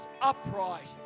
upright